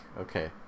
okay